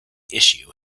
issue